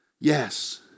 Yes